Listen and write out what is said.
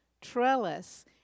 trellis